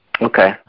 Okay